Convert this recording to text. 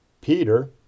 Peter